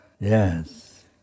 Yes